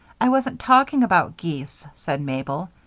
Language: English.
i wasn't talking about geese, said mabel,